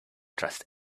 trust